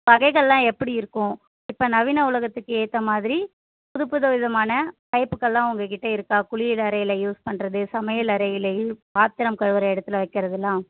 வகைகளெலாம் எப்படி இருக்கும் இப்போ நவீன உலகத்துக்கு ஏற்ற மாதிரி புதுப்புது விதமான பைப்புகளெலாம் உங்கள் கிட்ட இருக்கா குளியலறையில் யூஸ் பண்ணுறது சமைலறையில் யூஸ் பாத்திரம் கழுவுகிற இடத்துல வைக்கிறதெல்லாம்